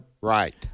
Right